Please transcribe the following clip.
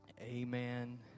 amen